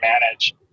manage